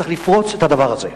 צריך לפרוץ את הדבר הזה.